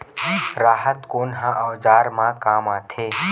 राहत कोन ह औजार मा काम आथे?